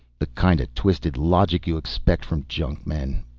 the kind of twisted logic you expect from junkmen.